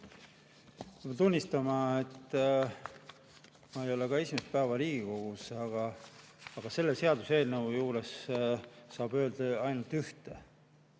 Pean tunnistama, et ma ei ole ka esimest päeva Riigikogus, aga selle seaduseelnõu puhul saab öelda ainult ühte.